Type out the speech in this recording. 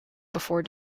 before